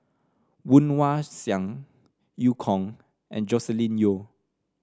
Woon Wah Siang Eu Kong and Joscelin Yeo